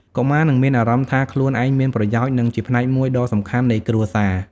កុមារនឹងមានអារម្មណ៍ថាខ្លួនឯងមានប្រយោជន៍ និងជាផ្នែកមួយដ៏សំខាន់នៃគ្រួសារ ។